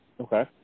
Okay